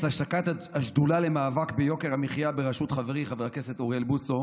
השקת השדולה למאבק ביוקר המחיה בראשות חברי חבר הכנסת אוריאל בוסו,